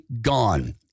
gone